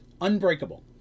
unbreakable